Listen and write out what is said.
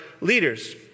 leaders